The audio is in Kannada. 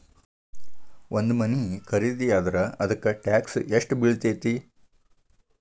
ಒಂದ್ ಮನಿ ಖರಿದಿಯಾದ್ರ ಅದಕ್ಕ ಟ್ಯಾಕ್ಸ್ ಯೆಷ್ಟ್ ಬಿಳ್ತೆತಿ?